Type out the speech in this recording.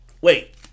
Wait